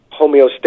homeostasis